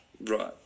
Right